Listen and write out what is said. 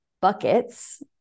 buckets